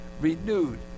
renewed